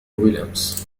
بالأمس